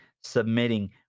submitting